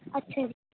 ਅੱਛਾ ਜੀ